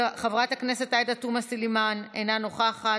חברת הכנסת עאידה תומא סלימאן אינה נוכחת,